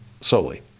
solely